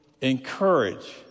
encourage